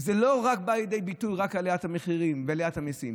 וזה לא בא לידי ביטוי רק בעליית המחירים ובעליית המיסים?